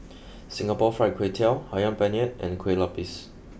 Singapore fried Kway Tiao Ayam Penyet and Kueh Lupis